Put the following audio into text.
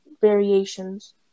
variations